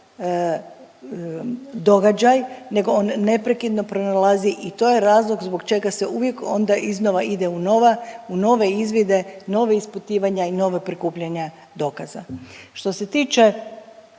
događaj, nego on neprekidno pronalazi i to je razlog zbog čega se uvijek onda iznova ide u nove izvide, nova ispitivanja i nova prikupljanja dokaza. Što se tiče